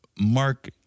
Mark